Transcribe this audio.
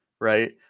right